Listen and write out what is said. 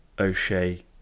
O'Shea